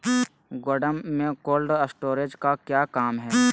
गोडम में cold storage का क्या काम है?